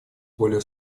более